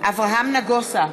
אברהם נגוסה,